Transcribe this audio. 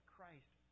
Christ